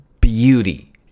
beauty